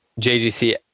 JGC